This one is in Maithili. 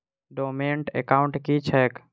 डोर्मेंट एकाउंट की छैक?